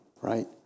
right